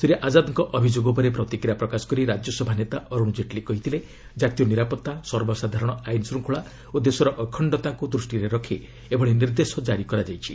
ଶ୍ରୀ ଆଜାଦ୍ଙ୍କ ଅଭିଯୋଗ ଉପରେ ପ୍ରତିକ୍ରିୟା ପ୍ରକାଶ କରି ରାଜ୍ୟସଭା ନେତା ଅରୁଣ କେଟଲୀ କହିଥିଲେ ଜାତୀୟ ନିରାପତ୍ତା ସର୍ବସାଧାରଣ ଆଇନ୍ ଶ୍ଚଙ୍ଗଳା ଓ ଦେଶର ଅଖଣ୍ଡତାକୁ ଦୂଷିରେ ରଖି ଏଭଳି ନିର୍ଦ୍ଦେଶ ଜାରି କରାଯାଇଛି